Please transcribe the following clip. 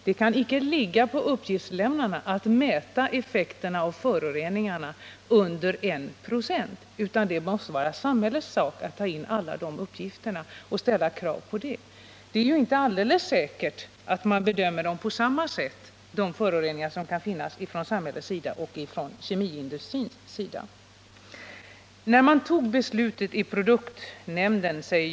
Det kan inte åvila uppgiftslämnarna att mäta effekterna av föroreningarna under 1 926, utan det måste vara samhällets sak att ta in uppgifterna och ställa krav. Det är ju inte alldeles säkert att man bedömer de föroreningar som kan finnas på samma sätt från samhällets sida som från kemiindustrins sida.